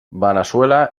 veneçuela